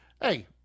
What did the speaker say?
hey